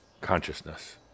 consciousness